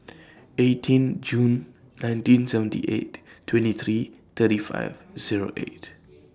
eighteen June nineteen seventy eight twenty three thirty five Zero eight